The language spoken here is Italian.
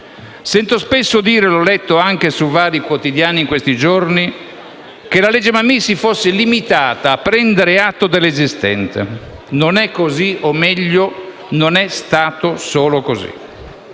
Sento spesso dire - l'ho letto anche su vari quotidiani in questi giorni - che la legge Mammì si è limitata a prendere atto dell'esistente; non è così o, meglio, non è stato solo così.